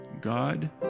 God